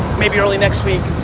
maybe early next week,